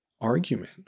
argument